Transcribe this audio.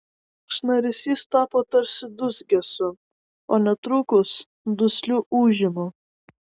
šnaresys tapo tarsi dūzgesiu o netrukus dusliu ūžimu